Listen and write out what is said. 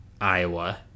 Iowa